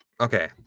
Okay